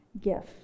gift